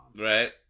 Right